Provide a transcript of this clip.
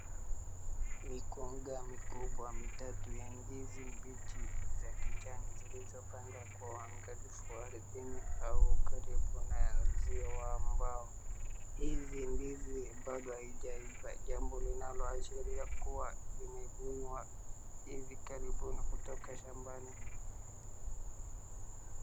Mikonga mikubwa mitatu ya ndizi mbichi za kijani zilizopangwa kwa uangalifu ardhini au karibu na uzio wa mbao. Hizi ndizi bado haijaiva jambo linaloashiria kuwa vimevunwa hivi karibuni kutoka shambani.